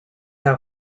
are